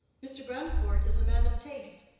mr. grandcourt is a man of taste.